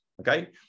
okay